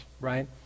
right